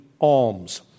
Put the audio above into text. alms